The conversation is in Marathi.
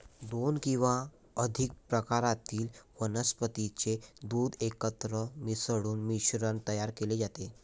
दोन किंवा अधिक प्रकारातील वनस्पतीचे दूध एकत्र मिसळून मिश्रण तयार केले जाते